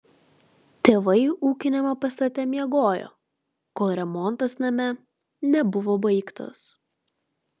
tėvai ūkiniame pastate miegojo kol remontas name nebuvo baigtas